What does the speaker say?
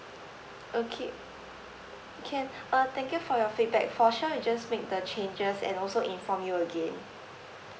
okay can uh thank you for your feedback for sure I just make the changes and also inform you again